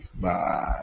Bye